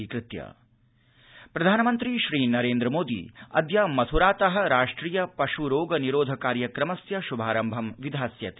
प्रधानमन्त्री मथरा प्रधानमन्त्री श्रीनरेन्द्र मोदी अद्य मथ्रातः राष्ट्रिय पश् रोग निरोध कार्यक्रमस्य श्भारम्भं विधास्यति